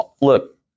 Look